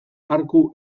arku